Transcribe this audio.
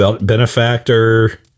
benefactor